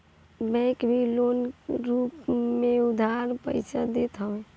bank भी loan के रूप में उधार पईसा देत हवे